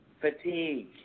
fatigue